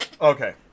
Okay